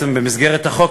במסגרת החוק,